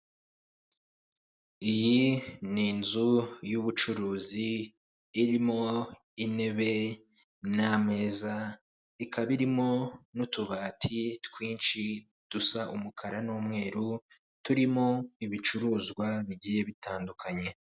Iyi ni inzu y'ubucuruzi, irimo intebe n'ameza, ikaba irimo n'utubati twinshi dusa umukara n'umweru, turimo ibicuruzwa bigiye bitandukanye.